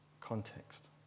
context